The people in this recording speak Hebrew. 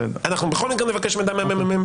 אנחנו בכל מקרה נבקש מידע מהממ"מ,